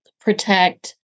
protect